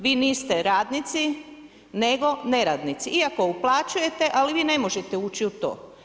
Vi niste radnici nego neradnici iako uplaćujete ali vi ne možete ući u to.